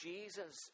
Jesus